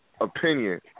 opinion